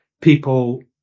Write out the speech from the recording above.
People